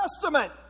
Testament